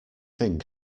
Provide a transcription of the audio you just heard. thing